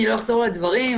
לא אחזור על הדברים,